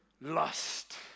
lust